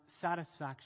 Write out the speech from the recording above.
satisfaction